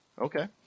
Okay